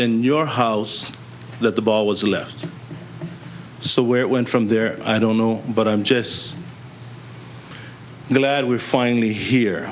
in your house that the bar was left so where it went from there i don't know but i'm just glad we're finally here